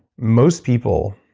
most people,